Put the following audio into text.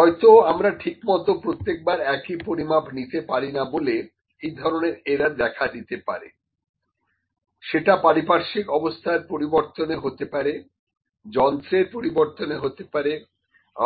হয়তো আমরা ঠিকমত প্রত্যেকবার একইভাবে পরিমাপ নিতে পারি না বলে এই ধরনের এরার দেখা দিতে পারে সেটা পারিপার্শ্বিক অবস্থার পরিবর্তনে হতে পারে যন্ত্রের পরিবর্তনে হতে পারে